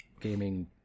gaming